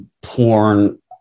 porn